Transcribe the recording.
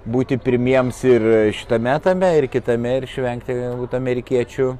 būti pirmiems ir šitame etape ir kitame ir išvengti amerikiečių